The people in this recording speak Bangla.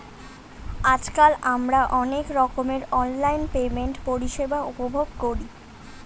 আজকাল আমরা অনেক রকমের অনলাইন পেমেন্ট পরিষেবা উপভোগ করি